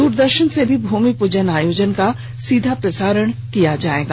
दूरदर्शन से भी भूमि पूजन आयोजन का सीधा प्रसारण किया जायेगा